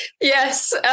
Yes